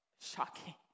shocking